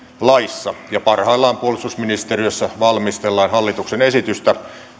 laissa parhaillaan puolustusministeriössä valmistellaan hallituksen esitystä